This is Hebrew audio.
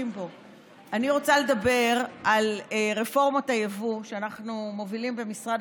אני רוצה לדבר על רפורמות היבוא שאנחנו מובילים במשרד